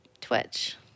Twitch